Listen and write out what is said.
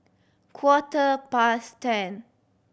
quarter past ten